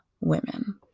women